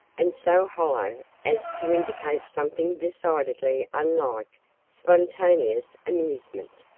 and so hollow as to indicate something decidedly unlike spontaneous amusement.